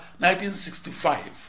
1965